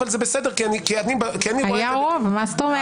אבל זה בסדר- - אבל היה רוב, מה זאת אומרת?